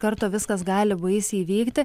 karto viskas gali baisiai įvykti